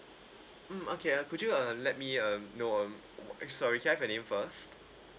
mm okay uh could you uh let me uh know um w~ sorry can I have your name first